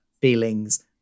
feelings